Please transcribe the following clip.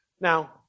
Now